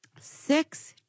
six